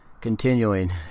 Continuing